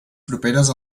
properes